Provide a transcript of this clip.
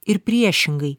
ir priešingai